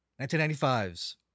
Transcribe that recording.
1995's